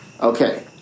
Okay